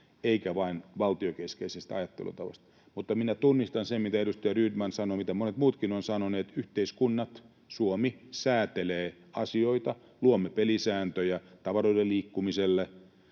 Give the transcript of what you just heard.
eikä vain valtiokeskeisestä ajattelutavasta käsin. Mutta minä tunnistan sen, mitä edustaja Rydman sanoi ja mitä monet muutkin ovat sanoneet: Yhteiskunnat — Suomi — säätelevät asioita. Luomme pelisääntöjä tavaroiden liikkumiselle,